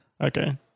okay